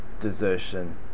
desertion